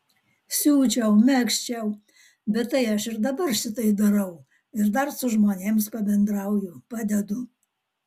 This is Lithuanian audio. siūčiau megzčiau bet tai aš ir dabar šitai darau ir dar su žmonėms pabendrauju padedu